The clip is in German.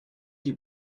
die